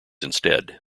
instead